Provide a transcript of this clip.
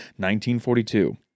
1942